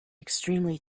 extremely